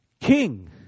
King